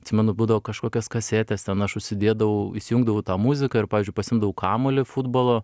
atsimenu būdavo kažkokios kasetės ten aš užsidėdavau įsijungdavau tą muziką ir pavyzdžiui pasiimdavau kamuolį futbolo